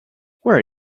where